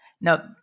Now